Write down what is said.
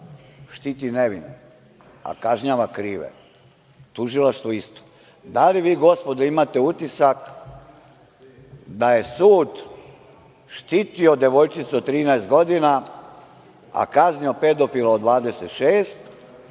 štiti nevine, a kažnjava krive. Tužilaštvo isto. Da li vi, gospodo, imate utisak da je sud štitio devojčicu od 13 godina, a kaznio pedofila od 26?